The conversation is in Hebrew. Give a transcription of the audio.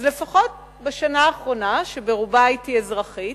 אז לפחות בשנה האחרונה, שברובה הייתי אזרחית,